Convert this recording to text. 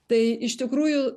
tai iš tikrųjų